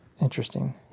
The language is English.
Interesting